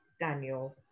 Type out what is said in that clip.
Daniel